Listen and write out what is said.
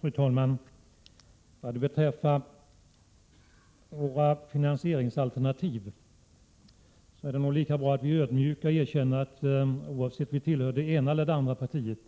Fru talman! Vad beträffar våra finansiella alternativ är det nog lika bra att ödmjukt erkänna att vi, oavsett om vi tillhör det ena eller det andra partiet,